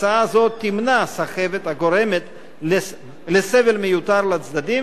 הצעה זו תמנע סחבת הגורמת סבל מיותר לצדדים